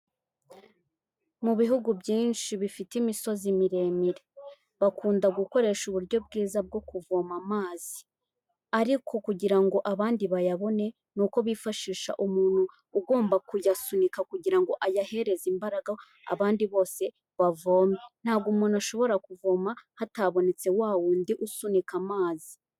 Mu bihugu byinshi bifite imisozi miremire. Bakunda gukoresha uburyo bwiza bwo kuvoma amazi. Ariko kugira ngo abandi bayabone ni uko bifashisha umuntu ugomba kuyasunika kugira ngo ayahereze imbaraga abandi bose bavome. Ntabwo umuntu ashobora kuvoma hatabonetse wa wundi usunika amazi.